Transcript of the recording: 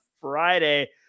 friday